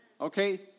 okay